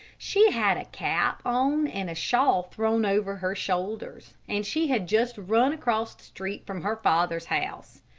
she had a cap on and a shawl thrown over her shoulders, and she had just run across the street from her father's house.